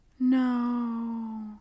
No